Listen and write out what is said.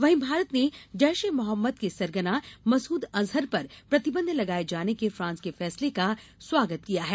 वहीं भारत ने जेश ए मोहम्मद के सरगना मसूद अजहर पर प्रतिबंध लगाए जाने के फ्रांस के फैसले का स्वागत किया है